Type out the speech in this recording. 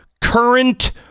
current